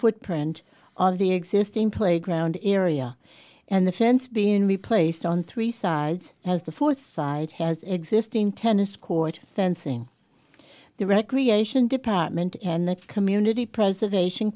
footprint of the existing playground eerier and the fence being replaced on three sides as the fourth side has existing tennis court fencing the recreation department and the community preservation